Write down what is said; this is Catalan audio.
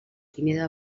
tímida